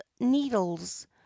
needles